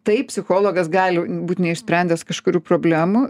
taip psichologas gali būt neišsprendęs kažkurių problemų